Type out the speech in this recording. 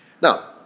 Now